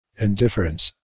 Indifference